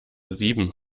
sieben